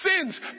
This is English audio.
sins